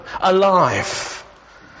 alive